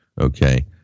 Okay